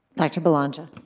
dr. belongia?